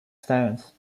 stones